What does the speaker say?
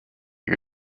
you